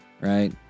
right